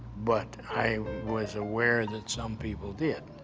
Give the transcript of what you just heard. but i was aware that some people did.